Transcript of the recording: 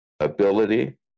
ability